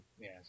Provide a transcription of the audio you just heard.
Yes